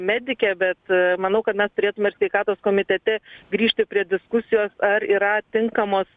medikė bet manau kad mes turėtume ir sveikatos komitete grįžti prie diskusijos ar yra tinkamos